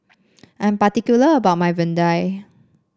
I'm particular about my vadai